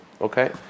okay